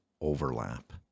overlap